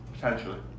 potentially